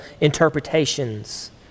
interpretations